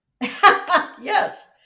Yes